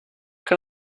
can